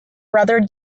brother